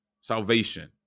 salvation